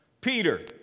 Peter